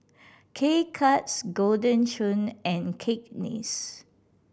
K Cuts Golden Churn and Cakenis